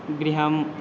गृहम्